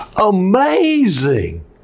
amazing